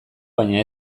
baina